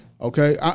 Okay